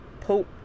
Pope